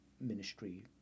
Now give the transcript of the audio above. ministry